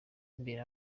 imbere